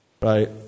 right